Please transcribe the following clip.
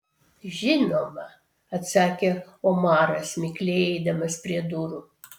žinoma atsakė omaras mikliai eidamas prie durų